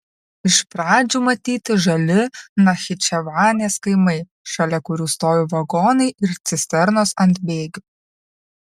iš pradžių matyti žali nachičevanės kaimai šalia kurių stovi vagonai ir cisternos ant bėgių